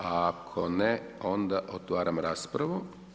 Ako ne, onda otvaram raspravu.